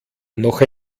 noch